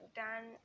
done